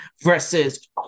versus